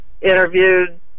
interviewed